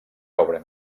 obren